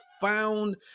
found